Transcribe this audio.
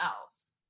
else